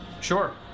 Sure